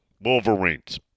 Wolverines